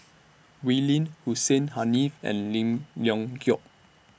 Wee Lin Hussein Haniff and Lim Leong Geok